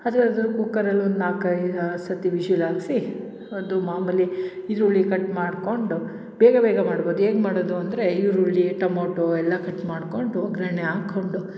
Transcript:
ಅದು ಅದು ಕುಕ್ಕರಲ್ಲಿ ಒಂದು ನಾಲ್ಕು ಐದು ಸತಿ ವಿಶಿಲ್ ಹಾಕಿಸಿ ಅದು ಮಾಮೂಲಿ ಈರುಳ್ಳಿ ಕಟ್ ಮಾಡಿಕೊಂಡು ಬೇಗ ಬೇಗ ಮಾಡ್ಬೋದು ಹೇಗೆ ಮಾಡೋದು ಅಂದರೆ ಈರುಳ್ಳಿ ಟಮೋಟೋ ಎಲ್ಲ ಕಟ್ ಮಾಡಿಕೊಂಡು ಒಗ್ಗರಣೆ ಹಾಕ್ಕೊಂಡು